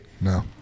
No